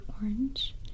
orange